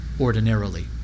ordinarily